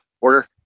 order